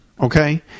okay